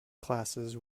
classes